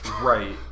Right